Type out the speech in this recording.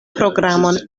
programon